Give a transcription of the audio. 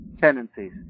tendencies